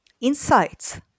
insights